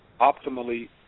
optimally